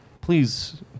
Please